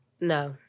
No